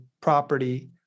property